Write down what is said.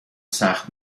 سخت